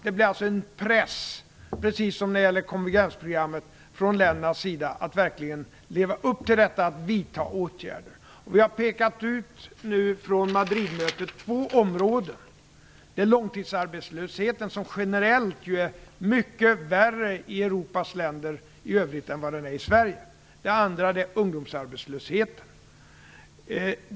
Det blir alltså en press, precis som när det gäller konvergensprogrammet, från ländernas sida att verkligen leva upp till att åtgärder skall vidtas. I samband med Madridmötet pekade vi ut två områden. Det gäller långtidsarbetslösheten - som generellt är mycket värre i de övriga länderna i Europa än i Sverige - och ungdomsarbetslösheten.